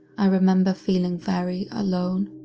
i remember feeling very alone.